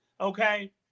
Okay